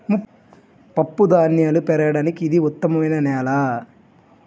పప్పుధాన్యాలు పెరగడానికి ఇది ఉత్తమమైన నేల